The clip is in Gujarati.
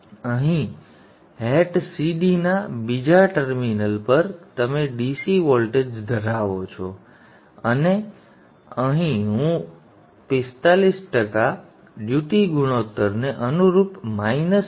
હવે અહીં હેટ સીડીના બીજા ટર્મિનલ પર તમે DC વોલ્ટેજ ધરાવો છો અને અહીં હું 45 ટકા ડ્યુટી ગુણોત્તરને અનુરૂપ માઇનસ 0